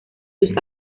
sus